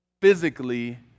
physically